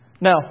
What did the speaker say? Now